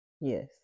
Yes